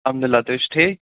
الحمدُاللہ تُہۍ چھُو ٹھیٖک